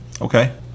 Okay